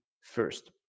first